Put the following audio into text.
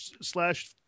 slash